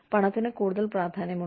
പണത്തിന് കൂടുതൽ പ്രാധാന്യമുണ്ട്